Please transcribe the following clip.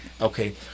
Okay